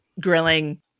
grilling